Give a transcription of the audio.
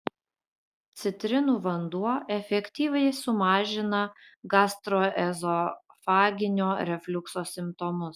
citrinų vanduo efektyviai sumažina gastroezofaginio refliukso simptomus